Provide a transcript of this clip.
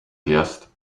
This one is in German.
gerst